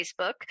Facebook